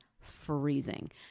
freezing